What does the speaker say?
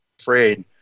afraid